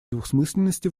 двусмысленности